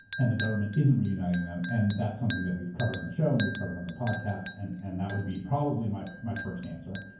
and the government isn't reuniting them. and that's something that we've covered on the show, and we've covered on the podcast, and and that would be probably my my first answer.